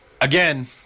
Again